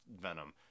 Venom